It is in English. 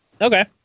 Okay